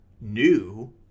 new